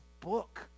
book